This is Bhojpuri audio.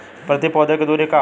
प्रति पौधे के दूरी का होला?